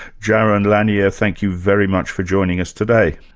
jaron lanier, thank you very much for joining us today.